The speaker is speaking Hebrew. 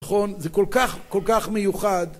נכון, זה כל כך, כל כך מיוחד